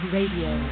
Radio